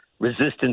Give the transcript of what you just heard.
resistance